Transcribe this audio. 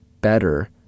better